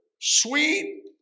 sweet